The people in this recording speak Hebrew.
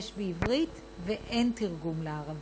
יש עברית ואין תרגום לערבית.